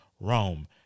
Rome